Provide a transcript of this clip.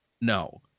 no